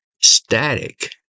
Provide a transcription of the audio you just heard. static